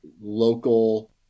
local